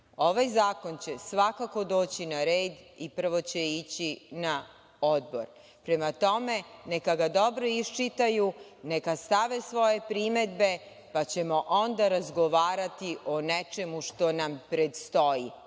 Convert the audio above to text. Ovaj zakon će svakako doći na red i prvo će ići na Odbor. Prema tome, neka ga dobro iščitaju, neka stave svoje primedbe, pa ćemo onda razgovarati o nečemu što nam predstoji. Sada,